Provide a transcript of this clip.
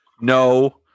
No